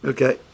Okay